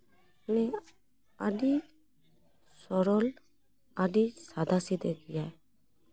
ᱱᱩᱭ ᱟᱹᱰᱤ ᱥᱚᱨᱚᱞ ᱟᱹᱰᱤ ᱥᱟᱫᱷᱟ ᱥᱤᱫᱷᱮ ᱜᱮᱭᱟᱭ